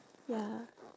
ya